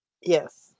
Yes